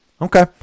okay